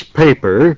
paper